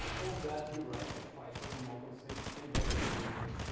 or guard your right to fight for democracy in volatile regions.